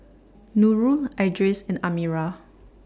Nurul Idris and Amirah